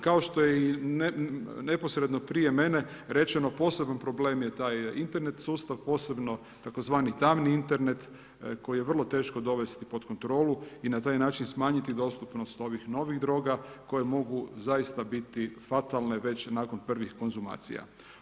Kao što je i neposredno prije mene rečeno, poseban problem je taj Internet sustav, posebno tzv. tamni Internet koji je vrlo teško dovesti pod kontrolu i na taj način smanjiti dostupnost ovih novih droga koje mogu zaista biti fatalne već nakon prvih konzumacija.